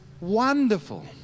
wonderful